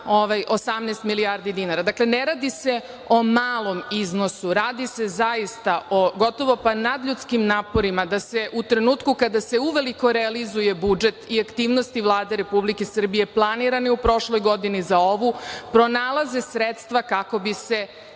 18 milijardi32/3 MZ/JGdinara. Dakle, ne radi se o malom iznosu. Radi se zaista o gotovo pa nadljudskim naporima da se, u trenutku kada se uveliko realizuje budžet i aktivnosti Vlade Republike Srbije planirane u prošloj godini za ovu, pronalaze sredstva kako bi se